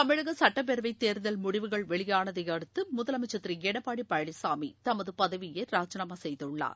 தமிழக சுட்டப்பேரவைத் தேர்தல் முடிவுகள் வெளியானதை அடுத்து முதலனம்ச்சர் திரு எடப்பாடி பழனிசாமி தமது பதவியை ராஜினாமா செய்துள்ளார்